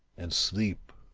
and sleep.